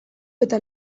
eta